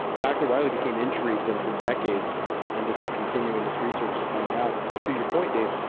dr wiley became intrigued and for decades ended up continuing this research to find out and to your point dave,